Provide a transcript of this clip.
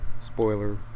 Spoiler